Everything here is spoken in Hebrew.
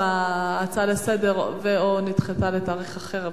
ההצעה לסדר-היום נדחתה לתאריך אחר.